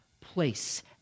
place